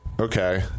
Okay